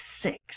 six